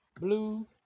blue